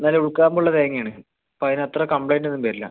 നല്ല ഉൾക്കാമ്പ് ഉള്ള തേങ്ങ ആണ് അപ്പം അതിന് അത്ര കംപ്ലയിൻ്റൊന്നും വരില്ല